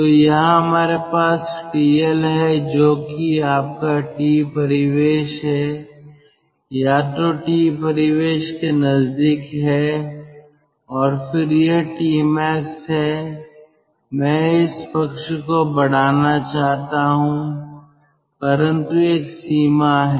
तो यहाँ हमारे पास TL हे जो कि आपका T परिवेश है या तो T परिवेश के नजदीक है और फिर यह Tmax है मैं इस पक्ष को बढ़ाना चाहता हूं परंतु एक सीमा है